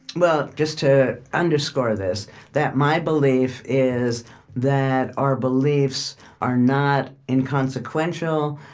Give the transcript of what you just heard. well, just to underscore this that my belief is that our beliefs are not inconsequential.